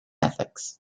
ethics